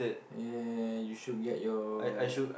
ya you should get your